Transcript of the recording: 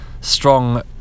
Strong